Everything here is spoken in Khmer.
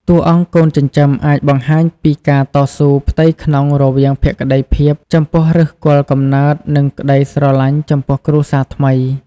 តួអង្គកូនចិញ្ចឹមអាចបង្ហាញពីការតស៊ូផ្ទៃក្នុងរវាងភក្ដីភាពចំពោះឫសគល់កំណើត និងក្ដីស្រឡាញ់ចំពោះគ្រួសារថ្មី។